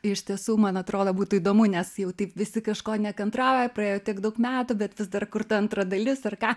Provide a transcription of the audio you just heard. iš tiesų man atrodo būtų įdomu nes jau taip visi kažko nekantrauja praėjo tiek daug metų bet vis dar kur ta antra dalis ar ką